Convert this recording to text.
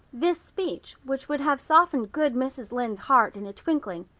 this speech which would have softened good mrs. lynde's heart in a twinkling,